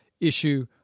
issue